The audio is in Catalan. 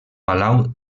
palau